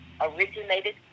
originated